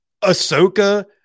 Ahsoka